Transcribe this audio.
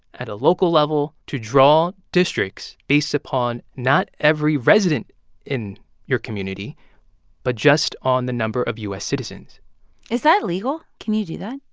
at a local level to draw districts based upon not every resident in your community but just on the number of u s. citizens is that legal? can you do that?